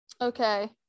Okay